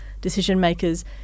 decision-makers